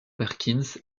perkins